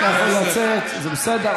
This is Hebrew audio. אתה יכול לצאת, זה בסדר.